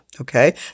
Okay